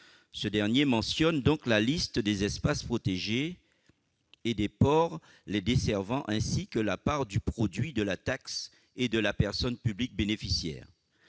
Ce dernier mentionne donc la liste des espaces protégés et des ports les desservant, ainsi que la part du produit de la taxe et la personne publique bénéficiaire.